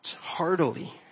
heartily